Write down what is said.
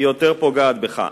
היא יותר פוגעת בך.